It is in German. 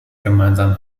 gemeinsam